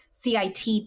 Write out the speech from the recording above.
Cit